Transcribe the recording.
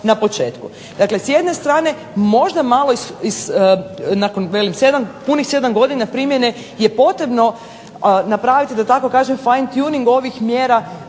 Dakle, s jedne strane možda malo nakon punih 7 godina primjene je potrebno da tako kažem ... ovih mjera